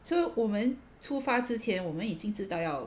so 我们出发之前我们已经知道要